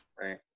Right